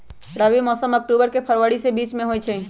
रबी मौसम अक्टूबर से फ़रवरी के बीच में होई छई